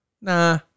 Nah